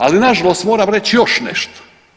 Ali na žalost moram reći još nešto.